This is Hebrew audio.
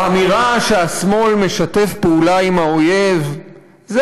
האמירה שהשמאל משתף פעולה עם האויב זה